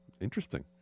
Interesting